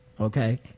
okay